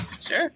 Sure